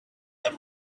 let